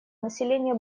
населения